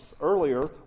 earlier